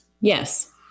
Yes